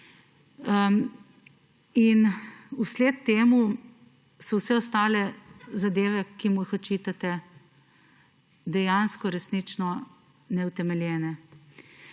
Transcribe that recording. Vsled temu so vse ostale zadeve, ki mu jih očitate, dejansko resnično neutemeljene.